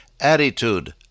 attitude